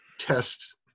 Test